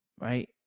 right